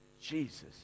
Jesus